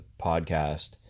podcast